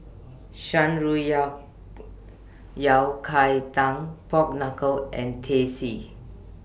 Shan Rui Yao Yao Cai Tang Pork Knuckle and Teh C